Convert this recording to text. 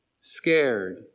scared